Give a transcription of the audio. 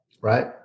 right